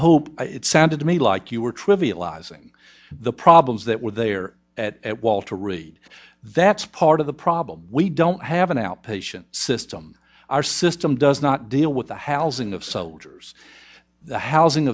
hope it sounded to me like you were trivializing the problems that were there at walter reed that's part of the problem we don't have an outpatient system our system does not deal with the housing of soldiers housing